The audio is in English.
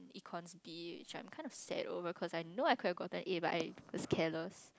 Econs B which I'm kind of sad over cause I know I could have gotten A but I was careless